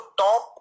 top